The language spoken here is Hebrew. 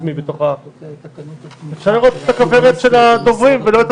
כתוב שלא צריכה